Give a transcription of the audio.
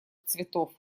цветов